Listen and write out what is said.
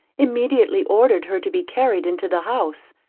immediately ordered her to be carried into the house,